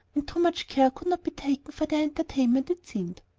and too much care could not be taken for their entertainment, it seemed.